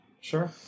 Sure